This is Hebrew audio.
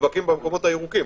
נדבקים במקומות ירוקים.